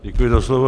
Děkuji za slovo.